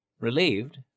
Relieved